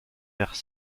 vers